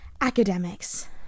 academics